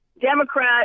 democrat